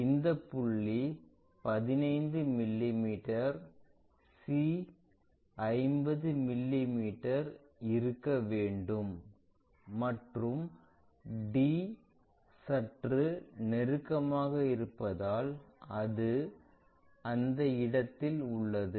இந்த புள்ளி 15 மிமீ c 50 மிமீ இருக்க வேண்டும் மற்றும் d சற்று நெருக்கமாக இருப்பதால் அது அந்த இடத்தில் உள்ளது